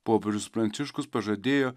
popiežius pranciškus pažadėjo